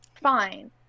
fine